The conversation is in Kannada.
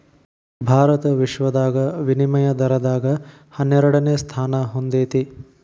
ಭಾರತ ವಿಶ್ವದಾಗ ವಿನಿಮಯ ದರದಾಗ ಹನ್ನೆರಡನೆ ಸ್ಥಾನಾ ಹೊಂದೇತಿ